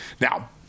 Now